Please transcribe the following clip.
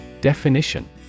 Definition